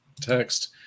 text